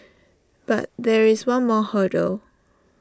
but there is one more hurdle